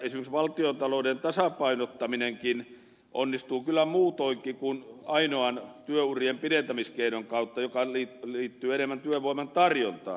esimerkiksi valtiontalouden tasapainottaminenkin onnistuu kyllä muutoinkin kuin ainoastaan työurien pidentämiskeinon kautta joka liittyy enemmän työvoiman tarjontaan